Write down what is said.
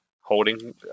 holding